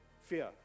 fear